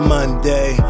Monday